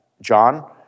John